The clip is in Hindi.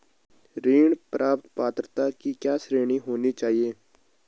ऋण प्राप्त पात्रता की क्या श्रेणी होनी चाहिए?